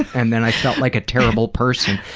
and then i felt like a terrible person.